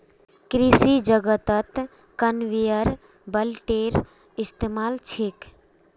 कृषि जगतत कन्वेयर बेल्टेर इस्तमाल छेक